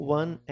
one